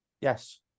Yes